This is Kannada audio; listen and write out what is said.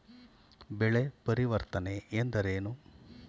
ಬೆಳೆ ಪರಿವರ್ತನೆ ಎಂದರೇನು?